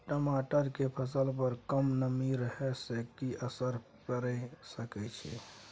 टमाटर के फसल पर कम नमी रहै से कि असर पैर सके छै?